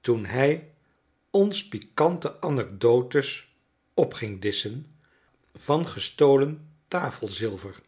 toen hij ons pikante anekdotes op ging disschen van gestolen tafelzilver